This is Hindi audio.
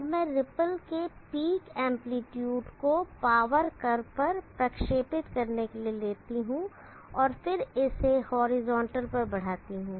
अब मैं रिपल के पीक एंप्लीट्यूड को पावर कर्व पर प्रक्षेपित करने के लिए लेता हूं और फिर इसे हॉरिजॉन्टल पर बढ़ाता हूं